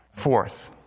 fourth